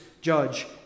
judge